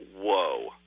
whoa